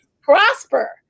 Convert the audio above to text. prosper